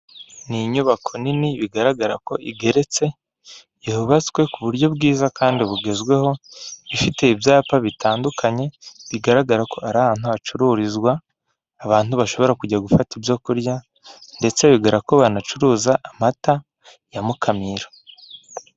Ni inyubako nini bigaragara ko igeretse yubatswe ku buryo bwiza kandi bugezweho, ifite ibyapa bitandukanye bigaragara ko ari ahantu hacururizwa abantu bashobora kujya gufata ibyo kurya, ndetse babwira ko banacuruza amata ya Mukamira.